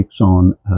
on